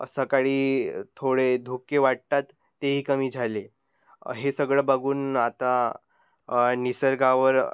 सकाळी थोडे धुके वाटतात तेही कमी झाले हे सगळं बघून आता निसर्गावर